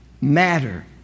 matter